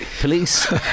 Police